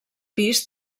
pis